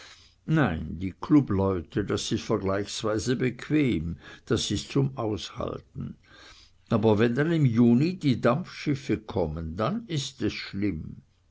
nein die clubleute das ist vergleichsweise bequem das ist zum aushalten aber wenn dann im juni die dampfschiffe kommen dann ist es schlimm